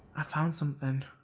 ah found something.